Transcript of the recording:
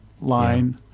line